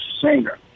singer